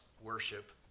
worship